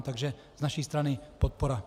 Takže z naší strany podpora.